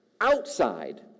outside